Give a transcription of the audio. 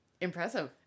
Impressive